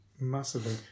massively